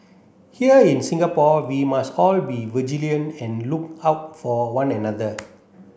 here in Singapore we must all be vigilant and look out for one another